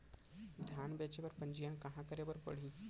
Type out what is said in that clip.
धान बेचे बर पंजीयन कहाँ करे बर पड़ही?